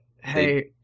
Hey